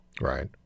right